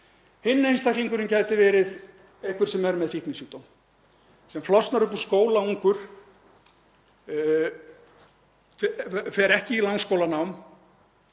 Hinn einstaklingurinn gæti verið einhver sem er með fíknisjúkdóm, sem flosnar upp úr skóla ungur, fer ekki í langskólanám,